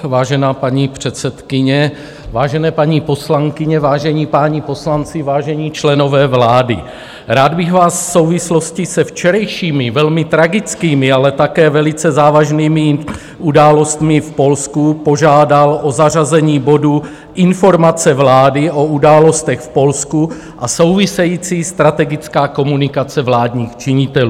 Vážená paní předsedkyně, vážené paní poslankyně, vážení páni poslanci, vážení členové vlády, rád bych vás v souvislosti se včerejšími velmi tragickými, ale také velice závažnými událostmi v Polsku požádal o zařazení bodu Informace vlády o událostech v Polsku a související strategická komunikace vládních činitelů.